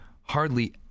hardly